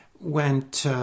went